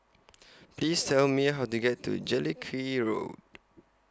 Please Tell Me How to get to Jellicoe Road